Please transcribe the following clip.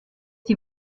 die